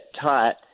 taught